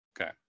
Okay